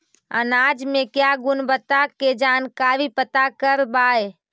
अनाज मे क्या गुणवत्ता के जानकारी पता करबाय?